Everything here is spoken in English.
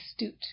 astute